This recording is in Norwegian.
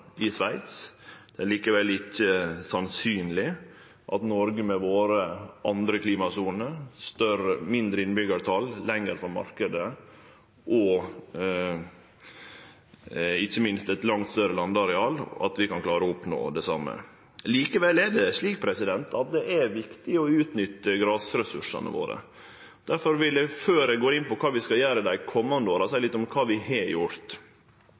i Sveits. Det er likevel ikkje sannsynleg at Noreg, med våre klimasoner, lågare innbyggjartal, større avstand til marknaden og ikkje minst eit langt større landareal, kan klare å oppnå det same. Likevel er det viktig å utnytte grasressursane våre. Difor vil eg – før eg går inn på kva vi skal gjere dei komande åra – seie litt om kva vi har gjort.